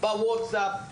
בווטסאפ,